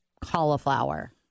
cauliflower